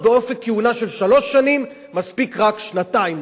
באופק כהונה של שלוש שנים ומספיק רק שנתיים,